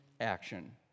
action